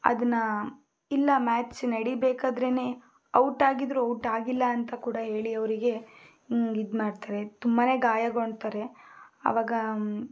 ಅದನ್ನ ಇಲ್ಲ ಮ್ಯಾಚ್ ನಡಿಬೇಕಾದ್ರೇನೇ ಔಟ್ ಆಗಿದ್ರೂ ಔಟ್ ಆಗಿಲ್ಲ ಅಂತ ಕೂಡ ಹೇಳಿ ಅವರಿಗೆ ಇದು ಮಾಡ್ತಾರೆ ತುಂಬಾ ಗಾಯಗೊಂಡ್ತಾರೆ ಆವಾಗ